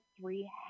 three